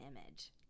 image